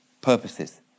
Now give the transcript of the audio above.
purposes